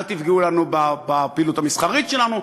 אל תפגעו לנו בפעילות המסחרית שלנו.